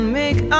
make